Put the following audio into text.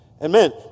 Amen